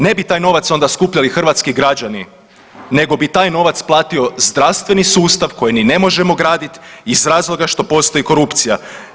Ne bi taj novac onda skupljali hrvatski građani, nego bi taj novac platio zdravstveni sustav kojeg ni ne možemo graditi iz razloga što postoji korupcija.